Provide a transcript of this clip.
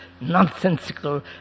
nonsensical